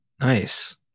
Nice